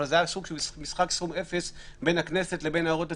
אבל זה היה סוג של משחק סכום אפס בין הכנסת לבין הערות הציבור.